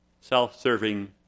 self-serving